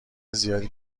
زیادی